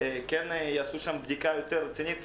כדאי שיערכו שם בדיקה יותר רצינית.